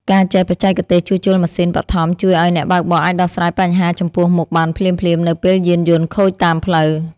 ការចេះបច្ចេកទេសជួសជុលម៉ាស៊ីនបឋមជួយឱ្យអ្នកបើកបរអាចដោះស្រាយបញ្ហាចំពោះមុខបានភ្លាមៗនៅពេលយានយន្ដខូចតាមផ្លូវ។